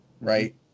right